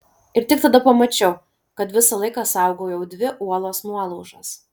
ir tik tada pamačiau kad visą laiką saugojau dvi uolos nuolaužas